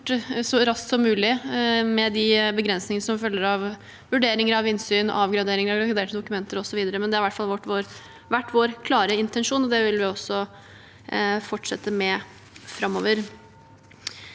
så raskt som mulig, med de begrensninger som følger av vurderinger av innsyn, avgradering av graderte dokumenter, osv. Det har i hvert fall vært vår klare intensjon, og det vil vi fortsette med framover.